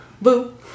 Boo